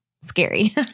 scary